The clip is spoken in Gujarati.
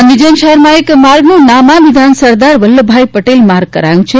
અંદિજાન શહેરમાં એક માર્ગનું નામાભિધાન સરદાર વલ્લભભાઇ પટેલ માર્ગ કરાયુ છે